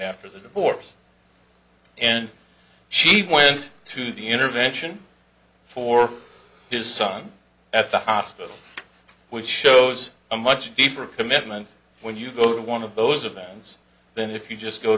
after the divorce and she went to the intervention for his son at the hospital which shows a much deeper commitment when you go to one of those events than if you just go